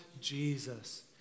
Jesus